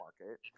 market